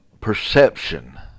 perception